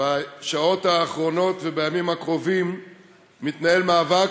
בשעות האחרונות ובימים הקרובים מתנהל מאבק